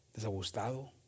desagustado